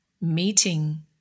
meeting